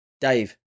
Dave